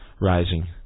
rising